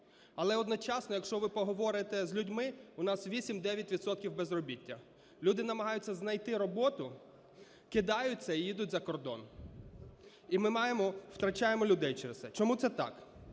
Але одночасно, якщо ви поговорите, з людьми, у нас 8-9 відсотків безробіття, люди намагаються знайти роботу, кидаються і їдуть за кордон, і ми втрачаємо людей через це. Чому це так?